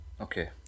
Okay